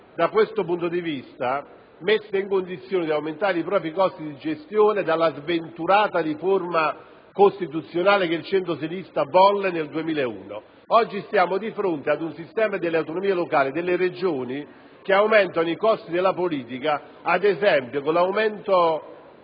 da questo punto di vista messe in condizioni di aumentare i propri costi di gestione dalla sventurata riforma costituzionale che il centrosinistra volle nel 2001. Oggi siamo di fronte ad un sistema delle autonomie locali e delle Regioni che fa lievitare i costi della politica, ad esempio, con l'aumento